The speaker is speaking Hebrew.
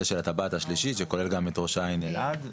של הטבעת השלישית שכולל גם את ראש העין אלעד,